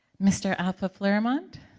mr. alpha flaremont.